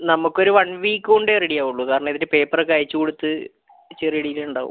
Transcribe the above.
നമുക്കൊരു one week കൊണ്ടെ ready ആവുള്ളു കാരണം ഇവര് പേപ്പർ ഒക്കെ അയച്ചുകൊടുത്ത് ചെറിയ ഡിലെ ഉണ്ടാവും